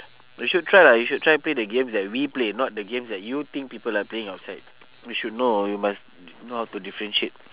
you should try lah you should try play the games that we play not the games that you think people are playing outside you should know you must know how to differentiate